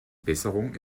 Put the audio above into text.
besserung